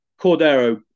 Cordero